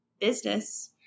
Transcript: business